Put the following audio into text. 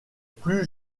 plus